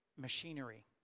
machinery